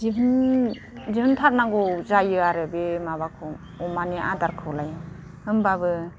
दिहुनथारनांगौ जायो आरो बे माबाखौ अमानि आदारखौलाय होनबाबो